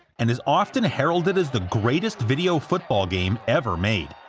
and is often heralded as the greatest video football game ever made.